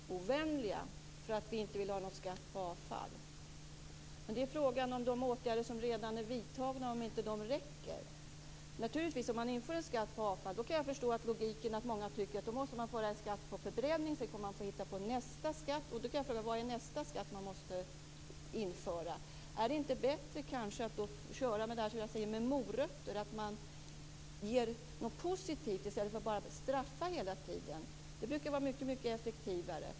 Fru talman! Harald Nordlund säger att vi är miljöovänliga därför att vi inte vill ha någon skatt på avfall, men frågan är om inte de åtgärder som redan är vidtagna räcker. Jag kan naturligtvis förstå logiken i att många tycker att man när man inför en skatt på avfall måste lägga skatten på förbränning. Vilken blir då nästa skatt som man måste införa? Är det inte bättre att ge morötter, något positivt, i stället för att hela tiden straffa? Det brukar vara mycket effektivare.